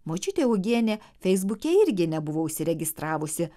močiutė augienė feisbuke irgi nebuvau užsiregistravusi